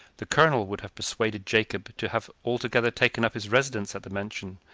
the colonel would have persuaded jacob to have altogether taken up his residence at the mansion,